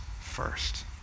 first